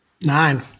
Nine